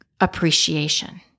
appreciation